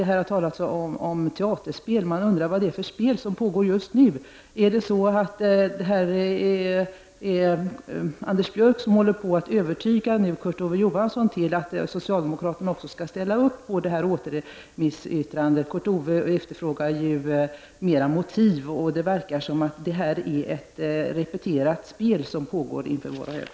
Här har det talats om teaterspel. Ja, man kan undra vad det är för spel som pågår just nu. Är det så, att Anders Björck håller på att övertyga Kurt Ove Johansson om att socialdemokraterna också skall ställa upp på ett yttrande om återremiss? Kurt Ove Johansson efterfrågar ju fler motiv. Det verkar vara ett repeterat spel som här pågår inför våra ögon.